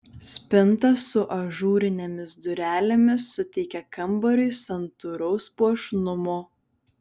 spinta su ažūrinėmis durelėmis suteikia kambariui santūraus puošnumo